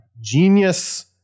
Genius